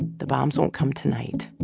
the bombs won't come tonight.